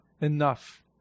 enough